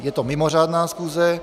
Je to mimořádná schůze.